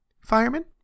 fireman